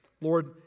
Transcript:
Lord